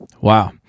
Wow